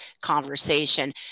conversation